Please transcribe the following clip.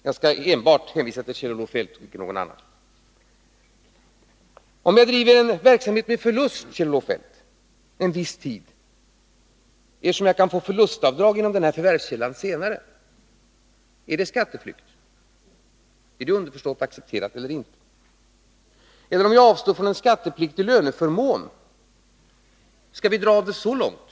Fru talman! Jag skall enbart hänvisa till Kjell-Olof Feldt. Om jag, Kjell-Olof Feldt, driver en verksamhet med förlust under en viss tid — jag kan ju senare göra förlustavdrag när det gäller den förvärvskällan — är det då skatteflykt? Är det underförstått accepterat eller inte? Och hur är det om jag avstår från en skattepliktig löneförmån — om man nu skall gå så långt?